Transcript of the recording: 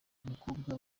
mukobwa